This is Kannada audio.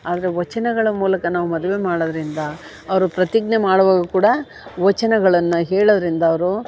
ಆದರೆ ವಚನಗಳ ಮೂಲಕ ನಾವು ಮದುವೆ ಮಾಡೋದರಿಂದ ಅವರು ಪ್ರತಿಜ್ಞೆ ಮಾಡುವಾಗ ಕೂಡ ವಚನಗಳನ್ನ ಹೇಳೋದರಿಂದ ಅವರು